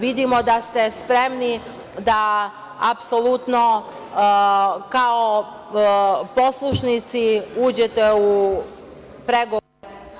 Vidimo da ste spremni da apsolutno kao poslušnici uđete u pregovore…